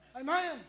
amen